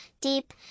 deep